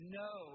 no